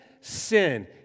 sin